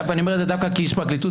אני אומר את זה דווקא כאיש פרקליטות,